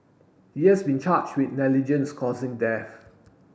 he has been charge with negligence causing death